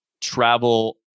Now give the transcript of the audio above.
travel